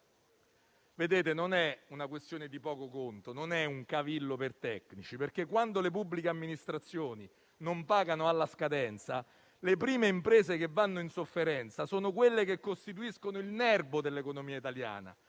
rigettata. Non è una questione di poco conto, né un cavillo per tecnici, perché, quando le pubbliche amministrazioni non pagano alla scadenza, le prime imprese che vanno in sofferenza sono quelle che costituiscono il nerbo dell'economia italiana,